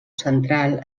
central